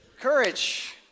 courage